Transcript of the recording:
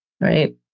Right